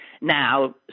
now